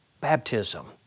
Baptism